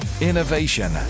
innovation